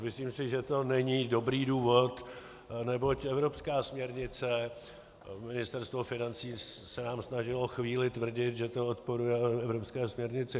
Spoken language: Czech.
Myslím si, že to není dobrý důvod, neboť evropská směrnice Ministerstvo financí se nám snažilo chvíli tvrdit, že to odporuje evropské směrnici.